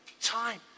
time